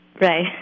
Right